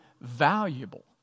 valuable